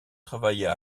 travailla